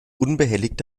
unbehelligt